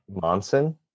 Monson